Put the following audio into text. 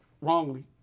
wrongly